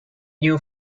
new